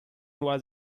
was